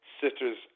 Sisters